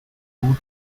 wood